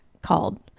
Called